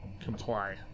comply